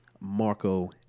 Marco